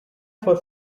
for